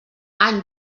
any